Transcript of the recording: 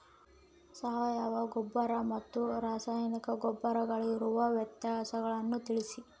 ಸಾವಯವ ಗೊಬ್ಬರ ಮತ್ತು ರಾಸಾಯನಿಕ ಗೊಬ್ಬರಗಳಿಗಿರುವ ವ್ಯತ್ಯಾಸಗಳನ್ನು ತಿಳಿಸಿ?